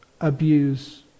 abuse